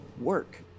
work